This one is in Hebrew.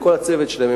וכל הצוות שלהם,